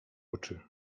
oczy